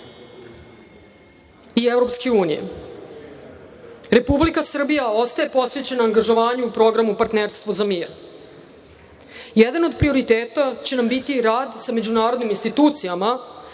i EU. Republika Srbija ostaje posvećena angažovanju i programu partnerstva za mir. Jedan od prioriteta biće nam rad sa međunarodnim institucijama